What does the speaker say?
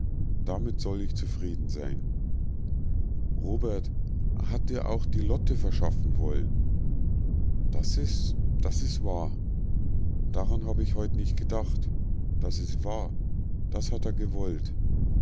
damit soll ich zufrieden sein robert a hat dir auch die lotte verschaffen woll'n das is das is wahr daran hab ich heute nich gedacht das ist wahr das hat a gewollt